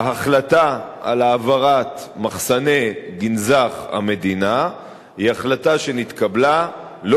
ההחלטה על העברת מחסני גנזך המדינה היא החלטה שנתקבלה לא